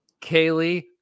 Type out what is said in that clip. Kaylee